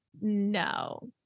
no